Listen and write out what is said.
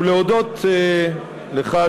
ולהודות לך,